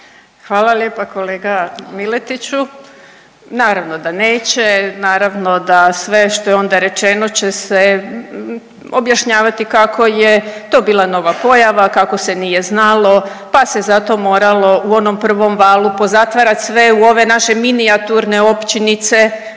Hvala lijepa kolega Miletiću. Naravno da neće, naravno da sve što je onda rečeno će se objašnjavati kako je to bila nova pojava, kako se nije znalo, pa se zato moralo u onom prvom valu pozatvarati sve u ove naše minijaturne općinice